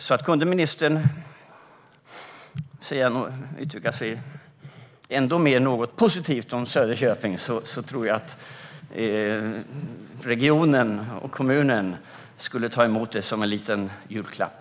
Om ministern kan uttrycka sig ändå något mer positivt om Söderköping skulle regionen och kommunen ta emot det som en liten julklapp!